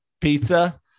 pizza